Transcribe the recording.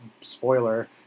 spoiler